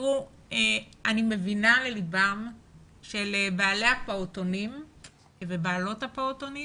אני מבינה ללבם של בעלי ובעלות הפעוטונים